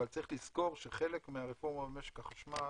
אבל צריך לזכור שחלק מהרפורמה במשק החשמל